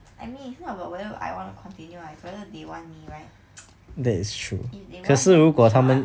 I mean it's not about whether I want to continue ah is whether they want me right if they want then sure ah